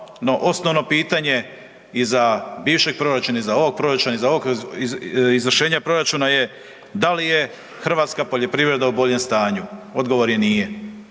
osnovno pitanje i za bivši proračun i za ovog proračuna i za ovog izvršenja proračuna je hrvatska poljoprivreda u boljem stanju. Odgovor je-nije.